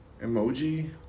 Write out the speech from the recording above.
Emoji